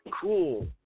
cool